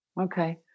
Okay